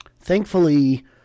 Thankfully